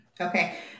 Okay